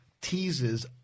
teases